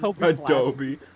Adobe